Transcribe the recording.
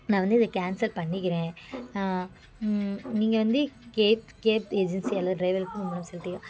நான் வந்து இதை கேன்சல் பண்ணிக்கிறேன் நீங்கள் வந்து கேப் கேப் ஏஜென்சி அல்லது ட்ரைவருக்கு